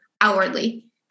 outwardly